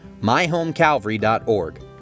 myhomecalvary.org